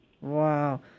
Wow